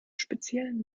speziellen